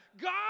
God